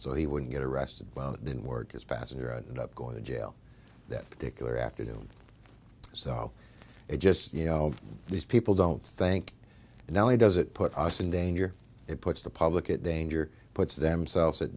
so he wouldn't get arrested didn't work his passenger out and up going to jail that particular afternoon so it just you know these people don't think now he does it put us in danger it puts the public at danger puts themselves at